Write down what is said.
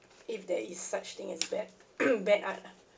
if there is such thing as bad bad art lah